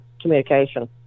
communication